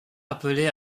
appelé